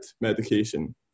medication